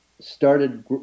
started